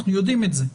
אנחנו יודעים את זה,